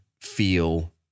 feel